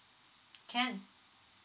can